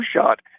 shot